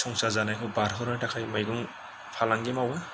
संसार जानायखौ बारहोनो थाखाय फालांगि मावो